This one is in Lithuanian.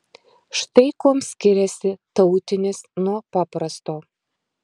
štai kuom skiriasi tautinis nuo paprasto